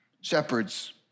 Shepherds